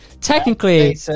technically